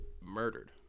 murdered